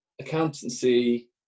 Accountancy